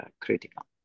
critical